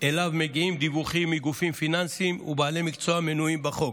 שאליו מגיעים דיווחים מגופים פיננסיים ובעלי מקצוע המנויים בחוק.